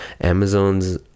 Amazon's